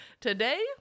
today